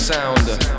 Sounder